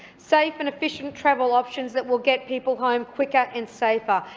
safe and efficient travel options that will get people home quicker and safer.